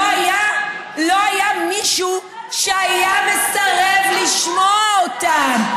לא היה מישהו שהיה מסרב לשמוע אותם.